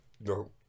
no